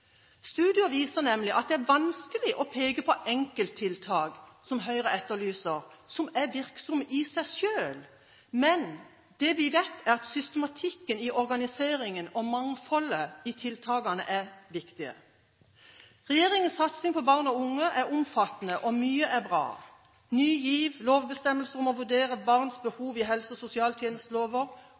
Studier viser nemlig at det er vanskelig å peke på enkelttiltak – som Høyre etterlyser – som er virksomme i seg selv, men det vi vet, er at systematikken i organiseringen og mangfoldet i tiltakene er viktige. Regjeringens satsing på barn og unge er omfattende, og mye er bra. Ny GIV, lovbestemmelser om å vurdere barns behov i helse- og